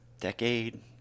decade